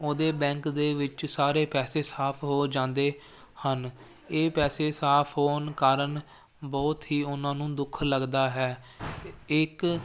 ਉਹਦੇ ਬੈਂਕ ਦੇ ਵਿੱਚ ਸਾਰੇ ਪੈਸੇ ਸਾਫ ਹੋ ਜਾਂਦੇ ਹਨ ਇਹ ਪੈਸੇ ਸਾਫ ਹੋਣ ਕਾਰਨ ਬਹੁਤ ਹੀ ਉਹਨਾਂ ਨੂੰ ਦੁੱਖ ਲੱਗਦਾ ਹੈ ਇੱਕ